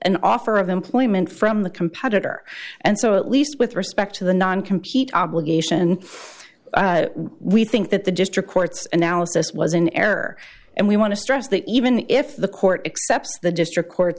an offer of employment from the competitor and so at least with respect to the non compete obligation we think that the district courts and now assess was in error and we want to stress that even if the court accepts the district court